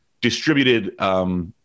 distributed